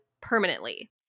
permanently